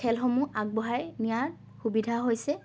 খেলসমূহ আগবঢ়াই নিয়াৰ সুবিধা হৈছে